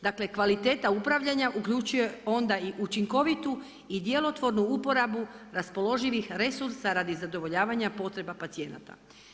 Dakle, kvaliteta upravljanja uključuje onda i učinkovitu i djelotvornu uporabu raspoloživih resursa radi zadovoljavanja potreba pacijenata.